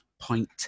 point